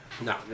No